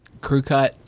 Crewcut